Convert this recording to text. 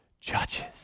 judges